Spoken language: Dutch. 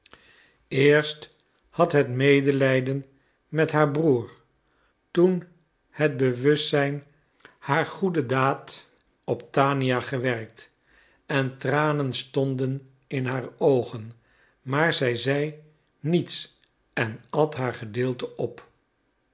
eerst had het medelijden met haar broeder toen het bewustzijn harer goede daad op tania gewerkt en tranen stonden in haar oogen maar zij zeide niets en at haar gedeelte op